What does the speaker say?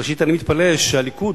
ראשית, אני מתפלא שהליכוד,